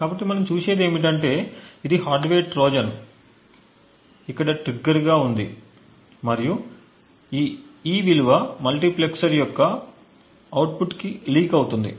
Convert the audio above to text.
కాబట్టి మనం చూసేది ఏమిటంటే ఇది హార్డ్వేర్ ట్రోజన్ ఇక్కడ ట్రిగ్గర్ ఉంది మరియు ఈ E విలువ మల్టీప్లెక్సర్ యొక్క అవుట్పుట్కి లీక్ అవుతుంది